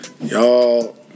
y'all